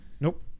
Nope